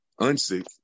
unsick